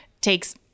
takes